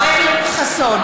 אינו נוכח יואל חסון,